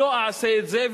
לא אעשה את זה,